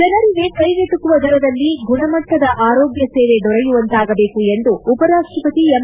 ಜನರಿಗೆ ಕ್ಷೆಗೆಟುವ ದರದಲ್ಲಿ ಗುಣಮಟ್ಟದ ಆರೋಗ್ನ ಸೇವೆ ದೊರೆಯುವಂತಾಗಬೇಕು ಎಂದು ಉಪರಾಷ್ಟಪತಿ ಎಂ